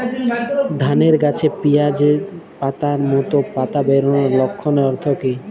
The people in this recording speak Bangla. ধানের গাছে পিয়াজ পাতার মতো পাতা বেরোনোর লক্ষণের অর্থ কী?